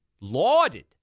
lauded